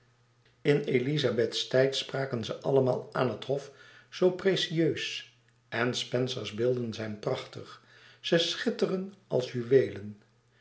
in elizabeths tijd spraken ze allemaal aan het hof zoo precieus en spencers beelden zijn prachtig ze schitteren als juweelen